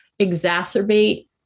exacerbate